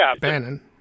Bannon